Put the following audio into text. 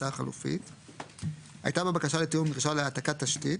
הצעה חלופית); הייתה בבקשה לתיאום דרישה להעתקת תשתית,